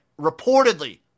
reportedly